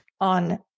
on